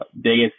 biggest